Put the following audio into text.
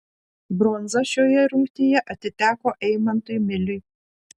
bronza šioje rungtyje atiteko eimantui miliui